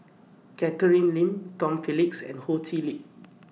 Catherine Lim Tom Phillips and Ho Chee Lick